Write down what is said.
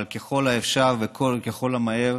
אבל מהר ככל הניתן,